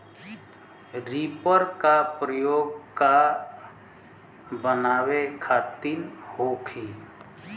Reaper का प्रयोग का बनावे खातिन होखि?